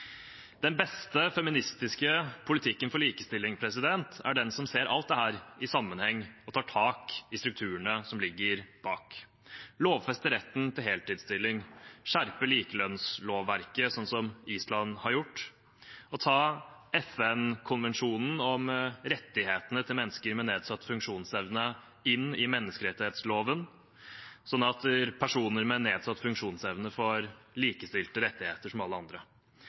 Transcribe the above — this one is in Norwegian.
Den beste feministiske politikken for likestilling er den som ser alt dette i sammenheng og tar tak i strukturene som ligger bak: lovfeste retten til heltidsstilling, skjerpe likelønnslovverket, sånn som Island har gjort, ta FN-konvensjonen om rettighetene til mennesker med nedsatt funksjonsevne inn i menneskerettighetsloven, sånn at personer med nedsatt funksjonsevne får likestilte rettigheter med alle andre,